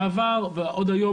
בעבר ועוד היום,